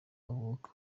avuka